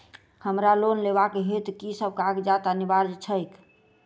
हमरा लोन लेबाक हेतु की सब कागजात अनिवार्य छैक?